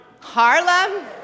Harlem